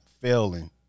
failing